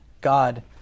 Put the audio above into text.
God